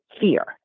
fear